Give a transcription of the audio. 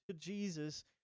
Jesus